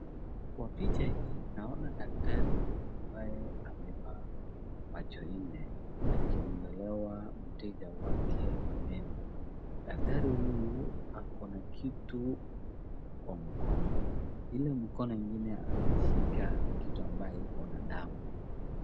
Kwa picha hii naona daktari ambaye amevaa macho nne, aking'olea mteja wake meno. Daktari huyu ako na kitu kwa mkono. Ule mkono mwingine ameshika kitu ambacho kiko na damu.